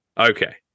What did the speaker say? Okay